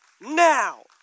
now